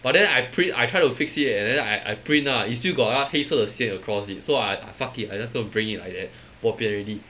but then I print I try to fix it and then I I print ah it's still got 那黑色的线 across it so I I fuck it I'm just going to bring it like that bopian already